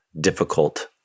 difficult